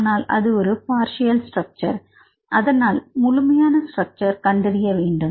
ஆனால் அது ஒரு பார்சியல் ஸ்ட்ரக்சர் அதனால் முழுமையான ஸ்ட்ரக்சர் கண்டறிய வேண்டும்